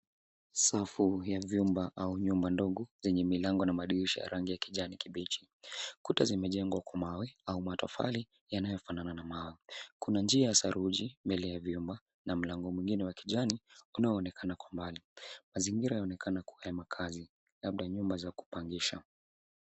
Safu vya vyumba au nyumba ndogo zenye milango na madirisha ya rangi ya kijani kibichi. Kuta zimejengwa kwa mawe au matofali yanayofanana na mawe. Kuna njia ya saruji mbele ya vyuma na mlango mwingine wa kijani unaoonekana kwa mbali. Mazingira yanaonekana kuwa ya makazi labda nyumba za kupangisha.